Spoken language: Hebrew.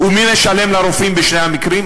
ומי משלם לרופאים בשני המקרים?